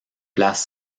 place